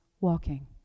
walking